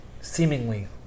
seemingly